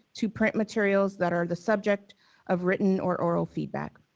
to print materials that are the subject of written or oral feedback.